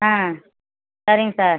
ஆ சரிங்க சார்